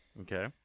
Okay